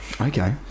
Okay